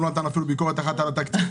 הוא לא נתן אפילו ביקורת אחת על התקציב.